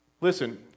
listen